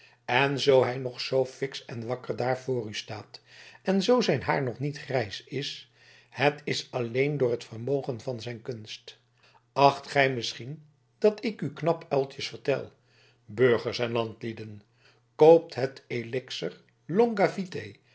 en zoo hij nog zoo fiksch en wakker daar voor u staat en zoo zijn haar nog niet grijs is het is alleen door het vermogen van zijn kunst acht gij misschien dat ik u knapuiltjes vertel burgers en landlieden koopt het elixir longae vitae